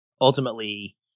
ultimately